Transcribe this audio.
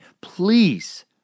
Please